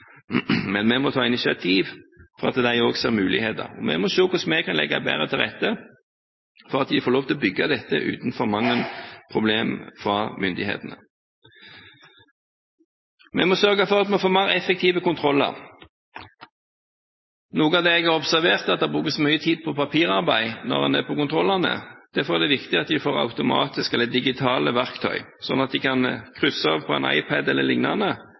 Men vi må ta initiativ, slik at de også ser muligheter. Vi må se hvordan vi kan legge bedre til rette for at de får lov til å bygge dette uten for mange problemer fra myndighetene. Vi må sørge for at vi får mer effektive kontroller. Noe av det jeg har observert, er at det brukes mye tid på papirarbeid når en er på kontrollene. Derfor er det viktig at en får automatiske, eller digitale, verktøy, sånn at en kan krysse av på en iPad